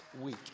week